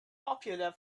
popular